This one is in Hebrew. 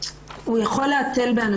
הוא יכול להתל באנשים.